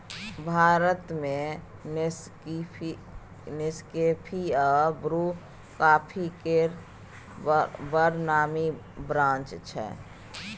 भारत मे नेसकेफी आ Bru coffee केर बड़ नामी ब्रांड छै